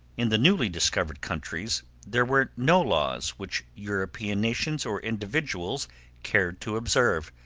in the newly discovered countries there were no laws which european nations or individuals cared to observe.